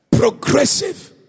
Progressive